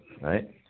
right